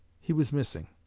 he was missing.